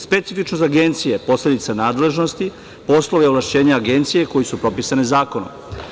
Specifičnost Agencije je posledica nadležnosti, poslove ovlašćenja Agencije koji su propisani zakonom.